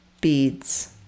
beads